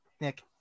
Nick